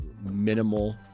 minimal